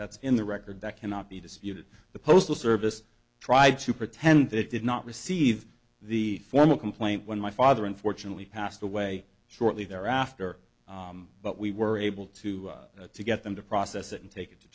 that's in the record that cannot be disputed the postal service tried to pretend it did not receive the formal complaint when my father unfortunately passed away shortly thereafter but we were able to to get them to process it and take it to